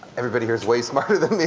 everybody here is way smarter than me,